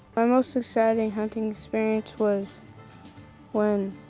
my most exciting hunting experience was when